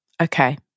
Okay